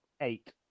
eight